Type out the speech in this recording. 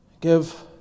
Give